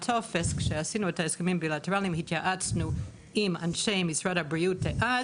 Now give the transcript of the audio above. כשעשינו את ההסכמים הבילטרליים התייעצנו עם אנשי משרד הבריאות דאז,